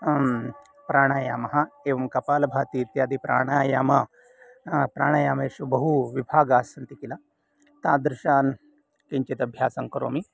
प्राणायामः एवं कपालभाति इत्यादि प्राणायाम प्राणायामेषु बहुविभागाः सन्ति किल तादृशान् किञ्चित् अभ्यासं करोमि